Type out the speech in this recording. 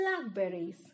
blackberries